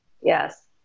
yes